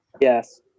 Yes